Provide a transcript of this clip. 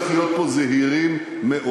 צריך להיות פה זהירים מאוד.